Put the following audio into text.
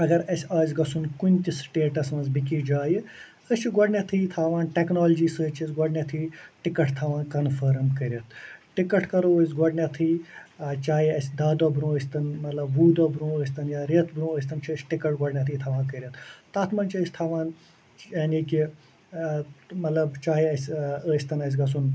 اگر اَسہِ آسہِ گژھُن کُنہِ تہِ سِٹیٚٹس منٛز بیٚکِس جایہِ أسۍ چھِ گۄڈنٮ۪تھٕے تھاوان ٹٮ۪کنالجی سۭتۍ چھِ أسۍ گۄڈنٮ۪تھٕے ٹکٹ تھاوان کنفٲرٕم کٔرِتھ ٹکٹ کَرو أسۍ گۄڈنٮ۪تھٕے چاہیے اَسہِ دَہ دۄہ برٛۄنٛہہ ٲستن مطلب وُہ دۄہ برٛونٛہہ ٲستن یا رٮ۪تھ برٛونٛہہ ٲستن چھِ أسۍ ٹکٹ گۄڈنٮ۪تھٕے تھاوان کٔرِتھ تتھ منٛز چھِ أسۍ تھاوان یعنی کہِ مطلب چاہیے اَسہِ ٲستن اَسہِ گَژھُن